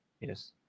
yes